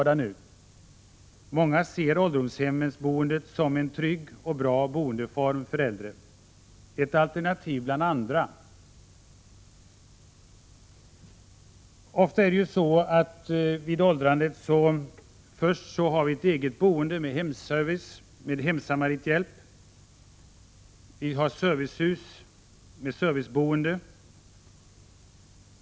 Många ser ålderdomshemsboendet som en trygg och bra boendeform för äldre, som ett alternativ bland andra. Under åldrandet börjar människor ofta med att bo i eget hem med hemservice och hemsamarithjälp för att så småningom övergå till boende i servicehus.